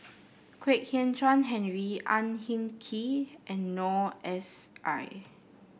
Kwek Hian Chuan Henry Ang Hin Kee and Noor S I